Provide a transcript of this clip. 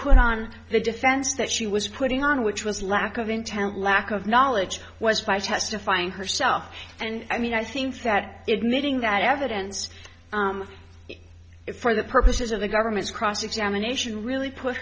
put on the defense that she was putting on which was lack of intent lack of knowledge was by testifying herself and i mean i think that it meeting that evidence it for the purposes of the government's cross examination really put